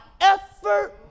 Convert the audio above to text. effort